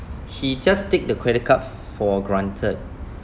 he just take the credit card for granted